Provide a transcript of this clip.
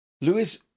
Lewis